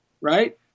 right